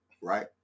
Right